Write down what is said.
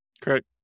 Correct